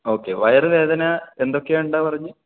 okay വയറു വേദന എന്തൊക്കെയുണ്ട് പറഞ്ഞത്